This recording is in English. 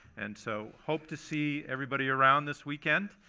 and so, hope to see everybody around this weekend.